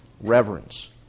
reverence